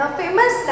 famous